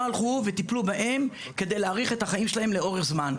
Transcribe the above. לא טיפלו בהן כדי להאריך את החיים שלהן לאורך זמן.